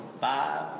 five